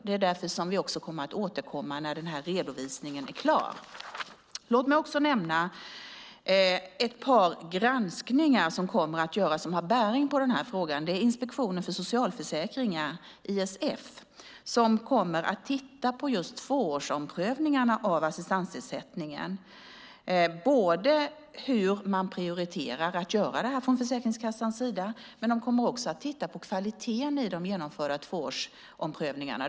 Det är därför som vi kommer att återkomma när redovisningen är klar. Låt mig nämna ett par granskningar som kommer att göras och som har bäring på den här frågan. Inspektionen för socialförsäkringen, ISF, kommer att titta på tvåårsomprövningarna av assistansersättningen och titta både på hur man prioriterar att göra det från Försäkringskassans sida och på kvaliteten i de genomförda tvåårsomprövningarna.